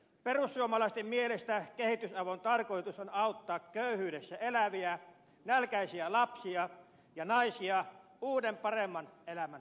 perussuomalaisten mielestä kehitysavun tarkoitus on auttaa köyhyydessä eläviä nälkäisiä lapsia ja naisia uuden paremman elämän alkuun